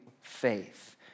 Faith